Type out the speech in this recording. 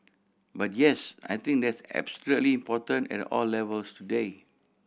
but yes I think that's absolutely important at all levels today